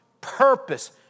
purpose